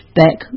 back